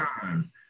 time